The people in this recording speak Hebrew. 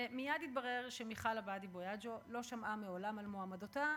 מייד התברר שמיכל עבאדי-בויאנג'ו לא שמעה מעולם על מועמדתה